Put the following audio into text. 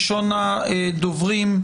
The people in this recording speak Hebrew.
ראשון הדוברים,